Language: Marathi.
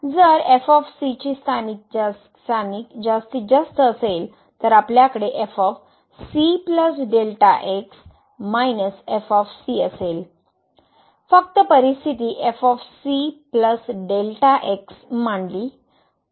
जर एफ ऑफ सी f ची स्थानिक जास्तीत जास्त असेल तर आपल्याकडे असेल फक्त परिस्थीती F of C plus delta X f c x मानली